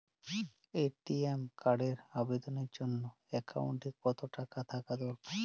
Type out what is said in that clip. ATM কার্ডের আবেদনের জন্য অ্যাকাউন্টে কতো টাকা থাকা দরকার?